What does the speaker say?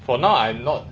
for now I not